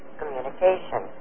communication